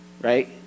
right